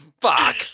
Fuck